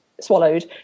swallowed